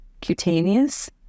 cutaneous